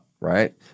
right